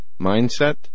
Mindset